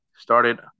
started